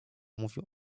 mówił